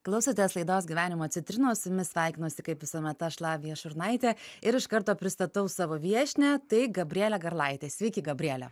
klausotės laidos gyvenimo citrinos su jumis sveikinuosi kaip visuomet aš lavija šurnaitė ir iš karto pristatau savo viešnią tai gabrielė garlaitė sveiki gabriele